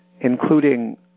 including